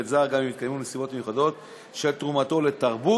זר גם אם התקיימו נסיבות מיוחדות של תרומתו לתרבות